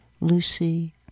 Lucy